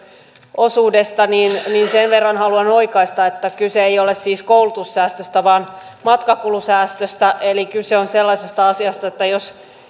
osuudesta niin niin sen verran haluan oikaista että kyse ei ole siis koulutussäästöstä vaan matkakulusäästöstä eli kyse on sellaisesta asiasta että jos